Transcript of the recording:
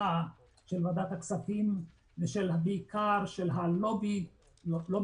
התמיכה של ועדת הכספים ובעיקר של הלובי בכנסת,